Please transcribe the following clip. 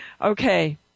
Okay